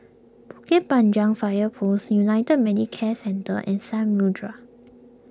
Bukit Panjang Fire Post United Medicare Centre and Samudera